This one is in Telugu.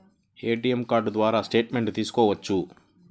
ఏ.టీ.ఎం కార్డు ద్వారా స్టేట్మెంట్ తీయవచ్చా?